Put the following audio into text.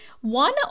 one